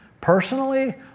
Personally